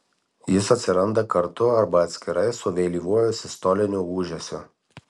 jis atsiranda kartu arba atskirai su vėlyvuoju sistoliniu ūžesiu